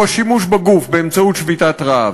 הוא השימוש בגוף באמצעות שביתת רעב.